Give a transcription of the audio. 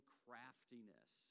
craftiness